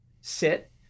sit